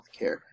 healthcare